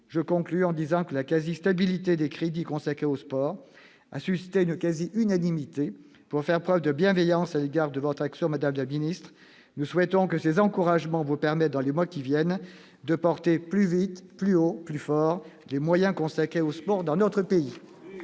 AFLD, etc. La quasi-stabilité des crédits consacrés au sport a suscité une quasi-unanimité pour faire preuve de bienveillance à l'égard de votre action, madame la ministre. Nous souhaitons que ces encouragements vous permettent, dans les mois qui viennent, de porter « plus vite, plus haut, plus fort » les moyens consacrés au sport dans notre pays.